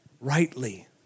rightly